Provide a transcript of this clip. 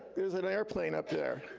there's an airplane up there.